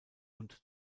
und